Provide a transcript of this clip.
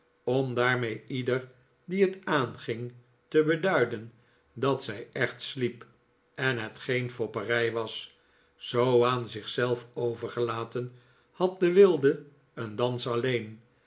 om daarmee ieder die het aanging te beduiden dat zij echt sliep en het geen fopperij was zoo aan zich zelf overgelaten had de wilde een dans alleen